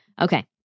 Okay